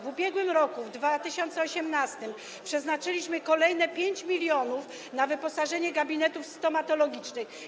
W ubiegłym roku, w 2018 r., przeznaczyliśmy kolejne 5 mln na wyposażenie gabinetów stomatologicznych.